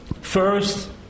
first